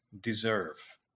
deserve